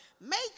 Make